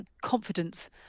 confidence